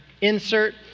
insert